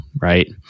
right